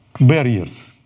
barriers